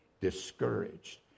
discouraged